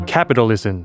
Capitalism